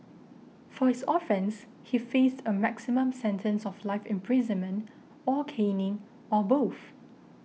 for his offence he faced a maximum sentence of life imprisonment or caning or both